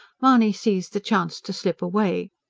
mahony seized the chance to slip away.